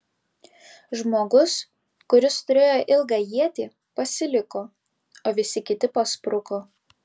žmogus kuris turėjo ilgą ietį pasiliko o visi kiti paspruko